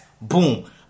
Boom